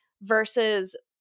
versus